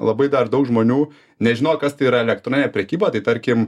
labai dar daug žmonių nežinojo kas tai yra elektroninė prekyba tai tarkim